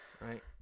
Right